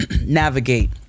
navigate